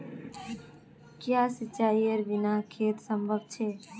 क्याँ सिंचाईर बिना खेत असंभव छै?